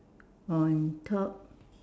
on top